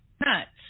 nuts